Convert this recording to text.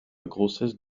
grossesse